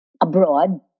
abroad